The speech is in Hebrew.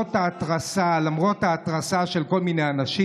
למרות ההתרסה של כל מיני אנשים.